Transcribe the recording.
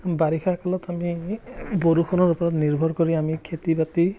বাৰিষা কালত আমি বৰষুণৰ ওপৰত নিৰ্ভৰ কৰি আমি খেতি বাতি